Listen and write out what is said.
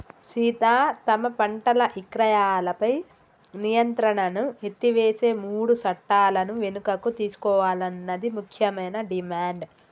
సీత తమ పంటల ఇక్రయాలపై నియంత్రణను ఎత్తివేసే మూడు సట్టాలను వెనుకకు తీసుకోవాలన్నది ముఖ్యమైన డిమాండ్